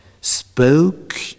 spoke